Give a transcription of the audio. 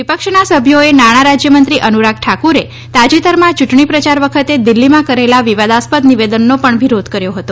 વિપક્ષના સભ્યોએ નાણા રાજ્યમંત્રી અનુરાગ ઠાકુરે તાજેતરમાં ચૂંટણી પ્રચાર વખતે દિલ્ફીમાં કરેલા વિવાદાસ્પદ નિવેદનનો પણ વિરોધ કર્યો હતો